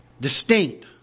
distinct